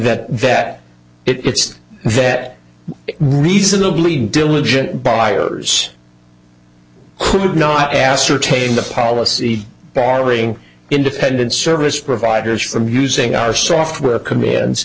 that vet it's vet reasonably diligent buyers who did not ascertain the policy barring independent service providers from using our software commands